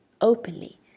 openly